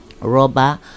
rubber